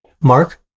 mark